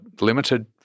limited